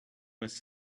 was